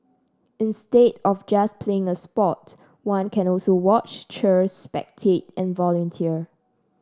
instead of just playing a sport one can also watch cheer spectate and volunteer